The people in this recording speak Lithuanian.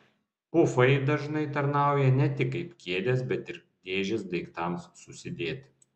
pufai dažnai tarnauja ne tik kaip kėdės bet ir dėžės daiktams susidėti